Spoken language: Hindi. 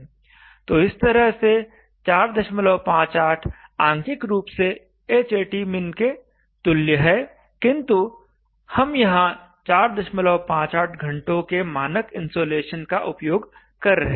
तो इस तरह से 458 आंकिक रूप से Hatmin के तुल्य है किंतु हम यहां 458 घंटों के मानक इन्सोलेशन का उपयोग कर रहे हैं